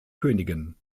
königin